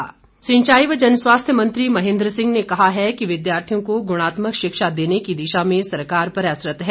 महेन्द्र सिंह सिंचाई व जनस्वास्थ्य मंत्री महेन्द्र सिंह ने कहा है कि विद्यार्थियों को गुणात्मक शिक्षा देने की दिशा में सरकार प्रयासरत है